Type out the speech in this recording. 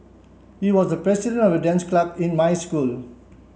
he was the president of the dance club in my school